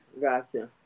Gotcha